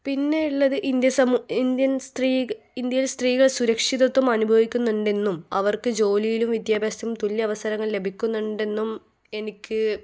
പിന്നെ ഉള്ളത് Indian Indian സ്ത്രീ ഇന്ത്യയിലെ സ്ത്രീകൾ സുരക്ഷിതത്വം അനുഭവിക്കുന്നുണ്ടെന്നും അവർക്ക് ജോലിയിലും വിദ്യാഭ്യാസത്തിലും തുല്യ അവസരങ്ങൾ ലഭിക്കുന്നുണ്ടെന്നും എനിക്ക്